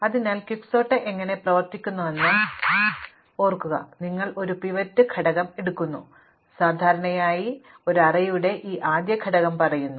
അതിനാൽ ക്വിക്ക്സോർട്ട് എങ്ങനെ പ്രവർത്തിക്കുന്നുവെന്ന് ഓർക്കുക നിങ്ങൾ ഒരു പിവറ്റ് ഘടകം എടുക്കുന്നു സാധാരണയായി ഒരു അറേയുടെ ഈ ആദ്യ ഘടകം പറയുന്നു